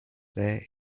there